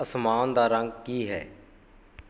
ਅਸਮਾਨ ਦਾ ਰੰਗ ਕੀ ਹੈ